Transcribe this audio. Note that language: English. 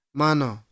mano